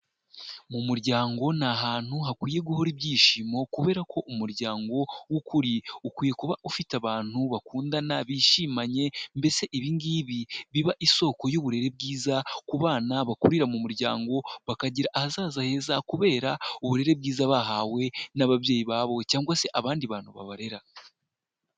Mu muryango ni ahantu hakwiye guhora ibyishimo kubera ko umuryango w'ukuri, ukwiye kuba ufite abantu bakundana, bishimanye, mbese ibi ngibi, biba isoko y'uburere bwiza ku bana bakurira mu muryango, bakagira ahazaza heza kubera uburere bwiza bahawe n'ababyeyi babo cyangwa se abandi bantu babarera.